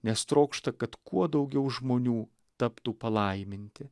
nes trokšta kad kuo daugiau žmonių taptų palaiminti